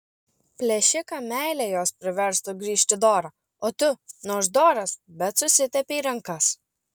plėšiką meilė jos priverstų grįžt į dorą o tu nors doras bet susitepei rankas